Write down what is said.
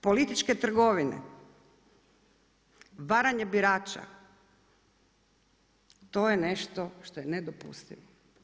Političke trgovine, varanje birača, to je nešto što je nedopustivo.